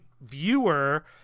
viewer